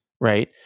right